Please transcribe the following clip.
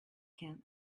camp